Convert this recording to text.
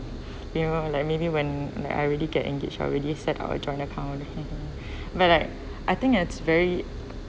you know like maybe when like I really get engaged I will set up a joint account mmhmm but like I think it's very